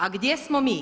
A gdje smo mi?